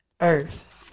earth